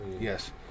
yes